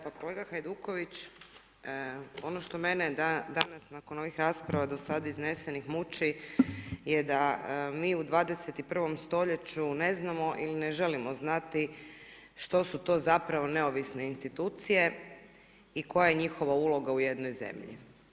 Pa kolega Hajduković, ono što mene danas nakon ovih rasprava do sada iznesenih muči je da mi u 21. stoljeću ne znamo ili ne želimo znati što su to zapravo neovisne institucije i koja je njihova uloga u jednoj zemlji.